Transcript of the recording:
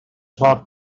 talk